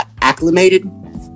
acclimated